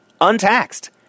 untaxed